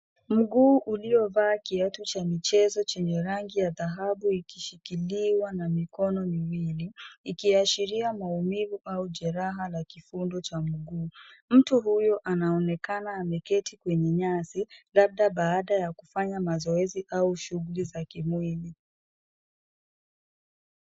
Mguu uliovaa kiatu cha michezo chenye rangi ya dhahabu ikishililiwa na mikono miwili ikiashiria maumivu au jeraha la kifundu cha mguu. Mtu huyu anaonekana ameketi kwenye nyasi labda baada ya kufanya mazoezi au shughuli za kimwili.